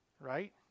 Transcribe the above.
right